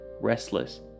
restless